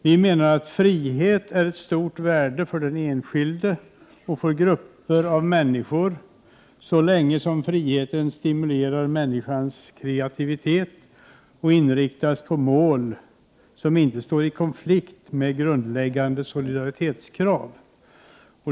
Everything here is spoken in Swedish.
Vi menar att frihet är av stort värde för den enskilde och för grupper av människor, så länge den stimulerar människors kreativitet och inriktas på mål som inte kommer i konflikt med grundläggande solidaritetskrav.